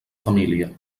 família